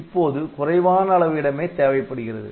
இப்போது குறைவான அளவு இடமே தேவைப்படுகிறது